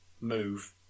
move